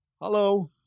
Hello